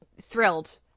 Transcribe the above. thrilled